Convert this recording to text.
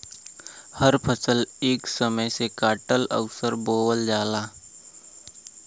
हर फसल एक समय से काटल अउर बोवल जाला